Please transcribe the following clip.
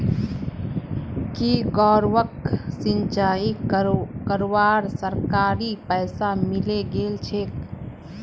की गौरवक सिंचाई करवार सरकारी पैसा मिले गेल छेक